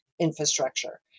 infrastructure